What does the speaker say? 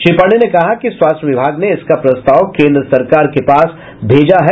श्री पांडेय ने कहा कि स्वास्थ्य विभाग ने इसका प्रस्ताव केन्द्र सरकार के पास भेज दिया है